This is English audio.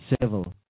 civil